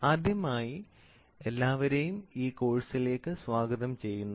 ആദ്യമായി എല്ലാവരെയും ഈ കോഴ്സിലേക്ക് സ്വാഗതം ചെയ്യുന്നു